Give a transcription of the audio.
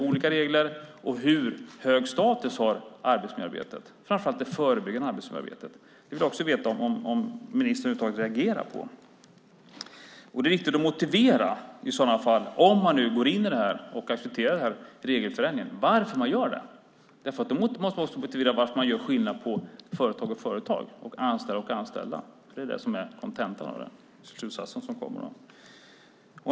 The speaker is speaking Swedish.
Och hur hög status har arbetsmiljöarbetet, framför allt det förebyggande arbetsmiljöarbetet? Det vill jag veta om ministern över huvud taget reagerar på. Om man nu accepterar den här regelförändringen är det viktigt att motivera varför man gör det. Då måste man motivera varför man gör skillnad på företag och företag och anställda och anställda. Det är det som är kontentan och slutsatsen.